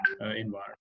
environment